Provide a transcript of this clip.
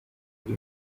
ari